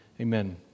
amen